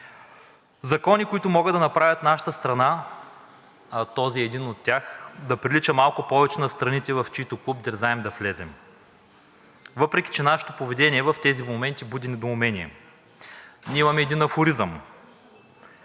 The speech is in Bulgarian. Закони, които могат да направят нашата страна, а този е един от тях, да прилича малко повече на страните, в чийто клуб дерзаем да влезем, въпреки че нашето поведение в тези моменти буди недоумение – ние имаме един афоризъм: